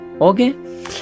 Okay